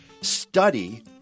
study